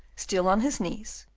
still on his knees,